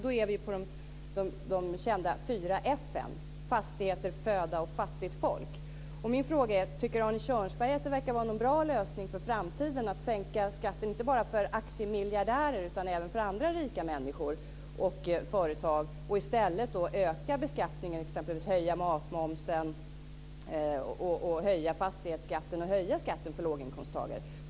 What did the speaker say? Då är vi inne på de kända fyra f:en: fastigheter, föda och fattigt folk. Min fråga är: Tycker Arne Kjörnsberg att det verkar vara en bra lösning för framtiden att sänka skatten inte bara för aktiemiljardärer utan även för andra rika människor och företag och i stället höja exempelvis matmomsen, fastighetsskatten och skatten för låginkomsttagare?